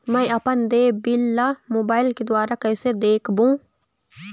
मैं अपन देय बिल ला मोबाइल के द्वारा कइसे देखबों?